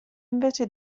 invece